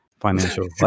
financial